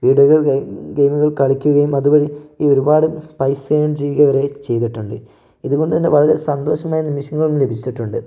video ഗെയിമുകൾ കളിക്കുകയും അത് വഴി ഈ ഒരുപാട് പൈസ ഏൺ ചെയ്യുക വരെ ചെയ്തിട്ടുണ്ട് ഇത് കൊണ്ട് തന്നെ വളരെ സന്തോഷമായ നിമിഷങ്ങൾ ലഭിച്ചിട്ടുണ്ട്